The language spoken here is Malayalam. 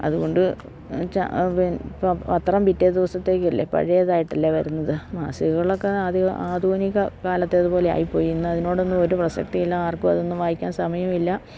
അതു കൊണ്ട് പത്രം പിറ്റേ ദിവസത്തേക്കല്ലേ പഴയതായിട്ടല്ലേ വരുന്നത് മാസികകളൊക്കെ ആദ്യ ആധുനിക കാലത്തേതു പോലെ ആയിപ്പോയി ഇന്ന് അതിനോടൊന്നും ഒരു പ്രസക്തിയില്ല ആർക്കും അതൊന്നും വായിക്കാൻ സമയമില്ല